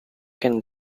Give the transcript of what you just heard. can